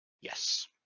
yes